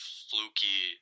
fluky